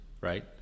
right